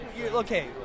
Okay